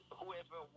whoever